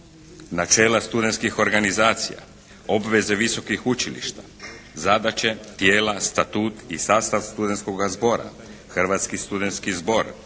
načela studentskih organizacija, obveze visokih učilišta, zadaće, tijela, statut i sastav studentskoga zbora, Hrvatski studentski zbor,